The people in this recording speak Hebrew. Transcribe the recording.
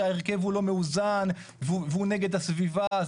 שההרכב הוא לא מאוזן והוא נגד הסביבה.